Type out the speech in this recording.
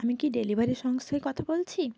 আমি কি ডেলিভারি সংস্থায় কথা বলছি